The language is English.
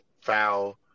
Foul